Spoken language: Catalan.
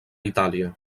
itàlia